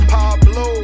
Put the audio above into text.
Pablo